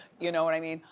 you know what i mean?